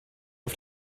auf